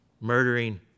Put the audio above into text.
murdering